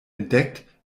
entdeckt